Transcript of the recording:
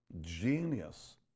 genius